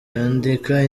yandika